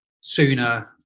sooner